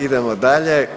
Idemo dalje.